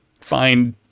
find